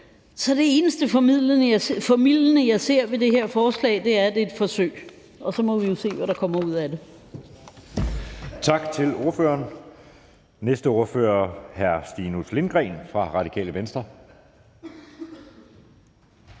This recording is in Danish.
Så det eneste formildende, jeg ser ved det her forslag, er, at det er et forsøg. Og så må vi jo se, hvad der kommer ud af det.